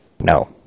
No